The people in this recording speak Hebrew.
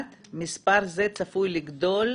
מספר זה צפוי לגדול